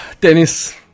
Dennis